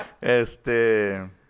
Este